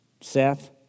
Seth